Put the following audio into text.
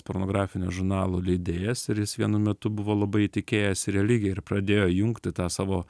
pornografinio žurnalo leidėjas ir jis vienu metu buvo labai įtikėjęs į religija ir pradėjo jungti tą savo